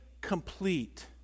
complete